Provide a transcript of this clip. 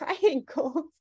triangles